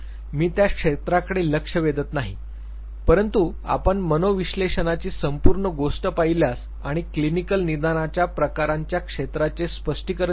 मी त्या क्षेत्राकडे लक्ष वेधत नाही परंतु आपण मनोविश्लेषणाची संपूर्ण गोष्ट पाहिल्यास आणि क्लिनिकल निदानाच्या प्रकारांच्या क्षेत्राचे स्पष्टीकरण दिल्यास